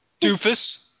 Doofus